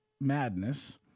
Madness